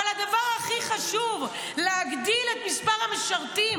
אבל הדבר הכי חשוב, להגדיל את מספר המשרתים.